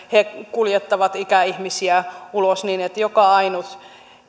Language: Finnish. kuljettavat ikäihmisiä ulos niin että joka ainut